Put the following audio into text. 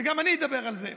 וגם אני אדבר על זה.